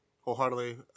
wholeheartedly